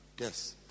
Yes